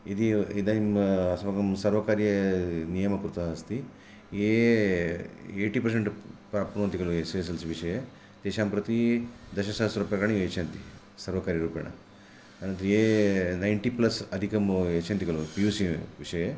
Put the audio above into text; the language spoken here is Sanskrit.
यदि इदानीम् अस्माकं सर्वकारीयनियमः कृतः अस्ति ये ये येय्टि पर्सेण्ट् प्राप्नुवन्ति खलु एस् एस् एल् सि विषये तेषां प्रति दशसहस्ररूप्यकाणि यच्छन्ति सर्वकारीयरूपेण अनन्तरं ये नैन्टि प्लस् अधिकं यच्छन्ति खलु पि यु सि विषये